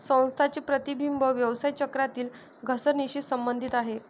संस्थांचे प्रतिबिंब व्यवसाय चक्रातील घसरणीशी संबंधित आहे